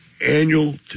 annual